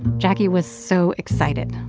jacquie was so excited.